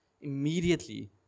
Immediately